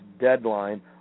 deadline